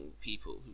people